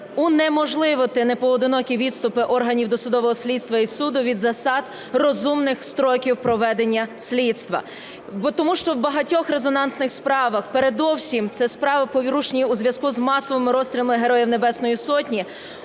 унеможливити непоодинокі відступи органів досудового слідства і суду від засад розумних строків проведення слідства. Бо тому що в багатьох резонансних справах, передовсім це справи, порушені у зв'язку з масовими розстрілами Героїв Небесної Сотні,